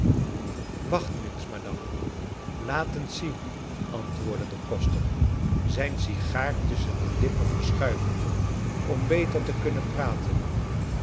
wacht nu eens madame laat eens zien antwoordde de koster zijn sigaar tusschen de lippen verschuivende om beter te kunnen praten